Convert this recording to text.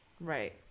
Right